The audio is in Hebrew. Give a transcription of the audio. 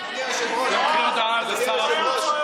אדוני היושב-ראש,